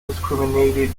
discriminated